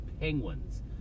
penguins